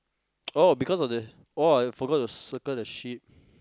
oh because of the oh I forgot to circle the sheep